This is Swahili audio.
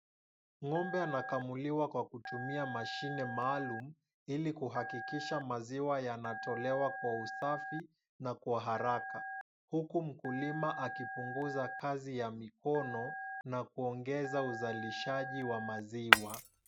Ng'ombe anakamuliwa kwa kutumia mashine maalum, ili kuhakikisha maziwa yanatolewa kwa usafi na kwa haraka, huku mkulima akipunguza kazi ya mikono na kuongeza uzalishaji wa maziwa.